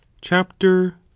Chapter